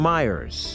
Myers